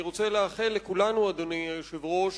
אני רוצה לאחל לכולנו, אדוני היושב-ראש,